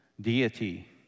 deity